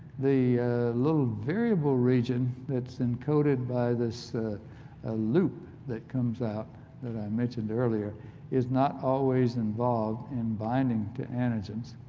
the little variable region that's encoded by this ah loop that comes out that i mentioned earlier is not always involved in binding to antigens.